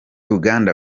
uganda